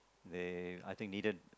they I think needed